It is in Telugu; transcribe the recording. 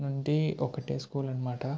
నుండి ఒకటే స్కూల్ అన్నమాట